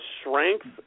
strength